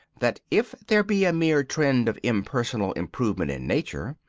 that if there be a mere trend of impersonal improvement in nature,